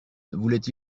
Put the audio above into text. voulait